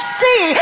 see